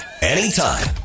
anytime